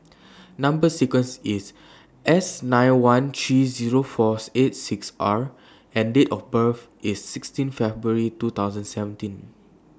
Number sequence IS S nine one three Zero four eight six R and Date of birth IS sixteen February two thousand seventeen